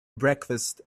breakfast